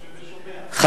אני יושב ושומע.